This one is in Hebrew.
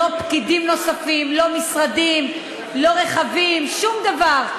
לא פקידים נוספים, לא משרדים, לא רכבים, שום דבר.